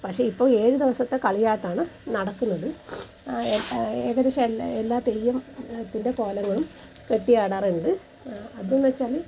പക്ഷേ ഇപ്പോൾ ഏഴ് ദിവസത്തെ കളിയാട്ടമാണ് നടക്കുന്നത് ഏകദേശം എല്ലാ എല്ലാ തെയ്യം ത്തിൻ്റെ കോലങ്ങളും കെട്ടിയാടാറുണ്ട് അതെന്നു വെച്ചാൽ